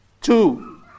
Two